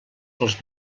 pels